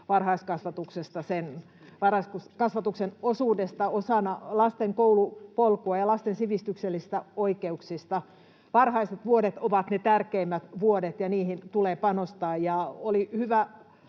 varhaiskasvatuksen osuudesta osana lasten koulupolkua ja lasten sivistyksellisistä oikeuksista. Varhaiset vuodet ovat ne tärkeimmät vuodet, ja niihin tulee panostaa.